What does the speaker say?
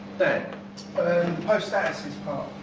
dan post statuses